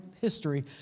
history